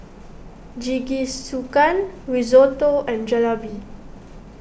Jingisukan Risotto and Jalebi